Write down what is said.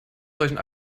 solchen